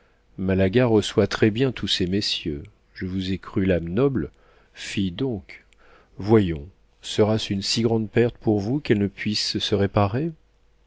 malaga reçoit très-bien tous ces messieurs je vous ai cru l'âme noble fi donc voyons sera-ce une si grande perte pour vous qu'elle ne puisse se réparer